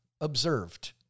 observed